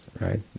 right